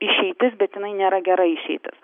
išeitis bet jinai nėra gera išeitis